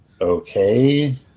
Okay